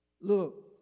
Look